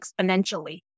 exponentially